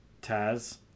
Taz